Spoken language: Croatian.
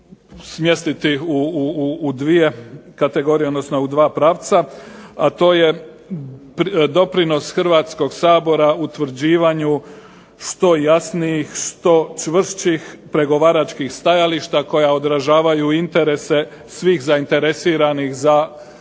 smjestiti u dvije kategorije, odnosno u dva pravca, a to je doprinos Hrvatskog sabora utvrđivanju što jasnijih, što čvršćih pregovaračkih stajališta koja odražavaju interese svih zainteresiranih za